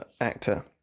actor